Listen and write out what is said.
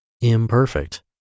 imperfect